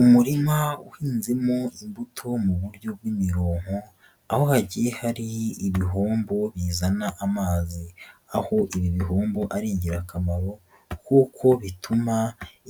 Umurima uhinzemo imbuto mu buryo bw'imironko, aho hagiye hari ibihombo bizana amazi, aho ibi bihombo ari ingirakamaro kuko bituma